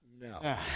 No